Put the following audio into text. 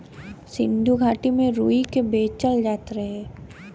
सिन्धु घाटी में रुई के बेचल जात रहे